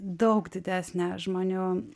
daug didesnę žmonių